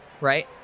right